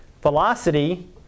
Velocity